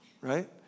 right